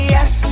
Yes